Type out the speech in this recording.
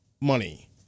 Money